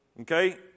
Okay